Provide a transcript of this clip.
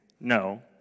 no